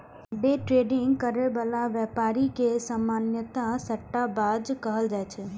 day trading करै बला व्यापारी के सामान्यतः सट्टाबाज कहल जाइ छै